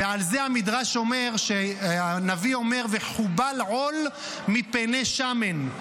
ועל זה המדרש אומר שהנביא אומר: "וחֻבל עֹל מפני שָׁמֶן".